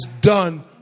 done